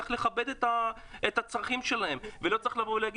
צריך לכבד את הצרכים שלהם ולא לבוא ולהגיד